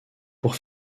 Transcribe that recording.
pour